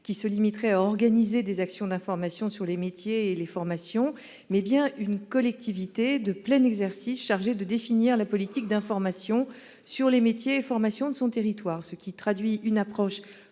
qui se limiterait à organiser des actions d'information sur les métiers et les formations, mais bien une collectivité de plein exercice chargée de définir la politique d'information sur les métiers et les formations de son territoire. Cette rédaction traduit une approche